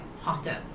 hotter